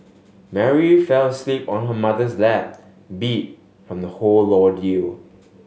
Mary fell asleep on her mother's lap beat from the whole ordeal